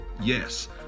Yes